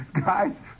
guys